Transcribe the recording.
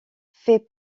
fait